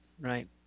right